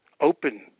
open